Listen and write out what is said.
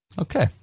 Okay